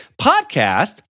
podcast